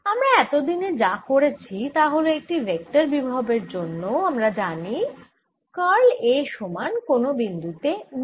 আমরা এতদিনে যা করেছি তা হল একটি ভেক্টর বিভবের জন্য আমরা জানি কার্ল A সমান কোন বিন্দু তে B